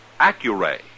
Accuray